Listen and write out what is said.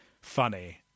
funny